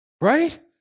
Right